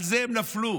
על זה הם נפלו.